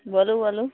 बोलू बोलू